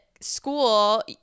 school